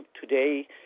today